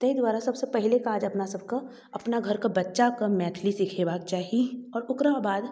ताहि दुआरे सबसँ पहिले काज अपनासभकेँ अपना घरके बच्चाकेँ मैथिली सिखेबाके चाही आओर ओकरा बाद